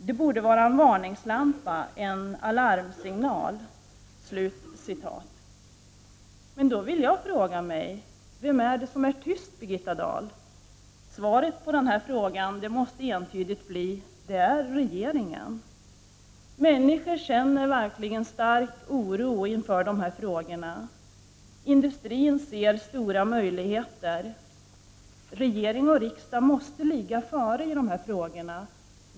Detta borde vara en varningslampa, en alarmsignal.” Men vem är det som är tyst, Birgitta Dahl? Svaret på denna fråga måste entydigt bli: regeringen! Människor känner verkligen en stark oro. Industrin ser stora möjligheter. Regering och riksdag måste ligga före i de här frå gorna.